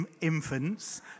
infants